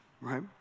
right